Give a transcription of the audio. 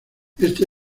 este